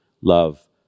love